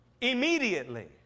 immediately